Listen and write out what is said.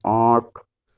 آنکھ